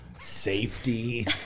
Safety